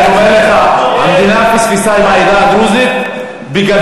אני אומר לך, המדינה פספסה את העדה הדרוזית בגדול.